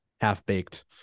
half-baked